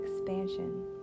expansion